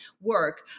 work